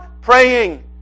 Praying